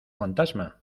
fantasma